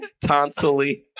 tonsilly